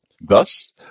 Thus